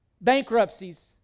Bankruptcies